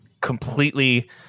completely